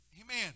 Amen